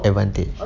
advantage